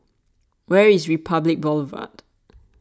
where is Republic Boulevard